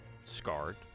scarred